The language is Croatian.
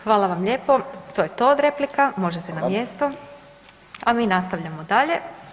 Hvala vam lijepo, to je to od replika, možete na mjesto, a mi nastavljamo dalje.